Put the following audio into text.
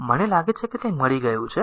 મને લાગે છે કે તે મળી ગયું છે